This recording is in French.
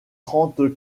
trente